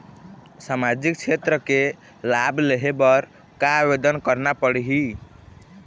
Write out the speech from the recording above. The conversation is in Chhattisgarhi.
सामाजिक क्षेत्र के लाभ लेहे बर का आवेदन करना पड़ही?